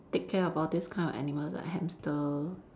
take care of all these kind of animals like hamster